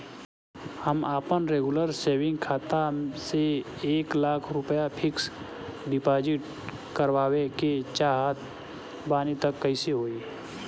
हम आपन regular saving खाता से एक लाख रुपया फिक्स डिपॉज़िट करवावे के चाहत बानी त कैसे होई?